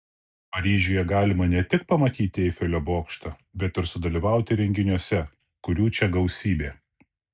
paryžiuje galima ne tik pamatyti eifelio bokštą bet ir sudalyvauti renginiuose kurių čia gausybė